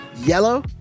yellow